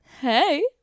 Hey